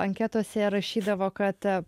anketose rašydavo kad